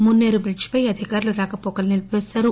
ముస్నే రు బ్రిడ్లి పై అధికారులు రాకవోకలు నిలిపిపేశారు